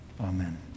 Amen